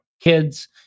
kids